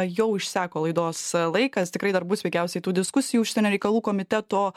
jau išseko laidos laikas tikrai dar bus veikiausiai tų diskusijų užsienio reikalų komiteto